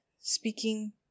speaking